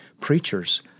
preachers